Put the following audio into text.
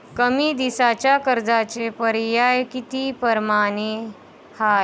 कमी दिसाच्या कर्जाचे पर्याय किती परमाने हाय?